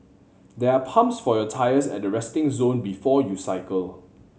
there are pumps for your tyres at the resting zone before you cycle